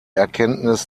erkenntnis